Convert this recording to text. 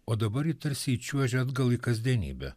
o dabar ji tarsi įčiuožia atgal į kasdienybę